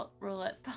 roulette